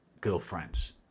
girlfriends